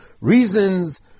reasons